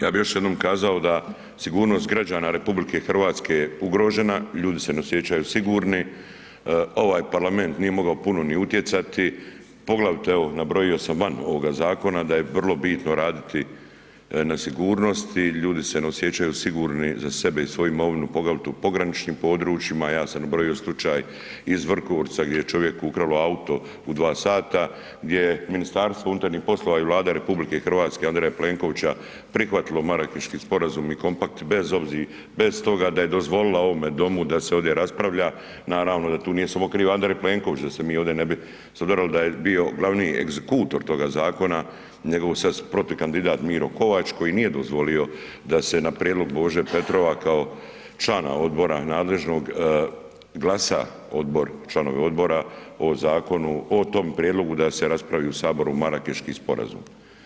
Ja bi još jednom kazao da sigurnost građana RH je ugrožena, ljudi se ne osjećaju sigurni, ovaj parlament nije mogao puno ni utjecati, poglavito evo nabrojio sam van ovoga zakona da je vrlo bitno raditi na sigurnosti, ljudi se ne osjećaju sigurni za sebe i svoju imovinu, poglavito u pograničnim područjima, ja sam nabrojio slučaj iz Vrgorca gdje je čovjeku ukralo auto u 2 sata, gdje je MUP i Vlada RH Andreja Plenkovića prihvatilo Marakeški sporazum i kompakt bez toga da je dozvolila ovome domu da se ovdje raspravlja, naravno da tu nije samo kriv Andrej Plenković, da se mi ovdje sudarali da je bio glavni egzikutor toga zakona, nego sad su protukandidat Miro Kovač koji nije dozvolio da se na prijedlog Bože Petrova kao člana odbora nadležnog glasa odbor, članovi odbora o zakonu, o tom prijedlogu da se raspravi u Saboru Marakeški sporazum.